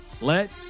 let